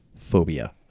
phobia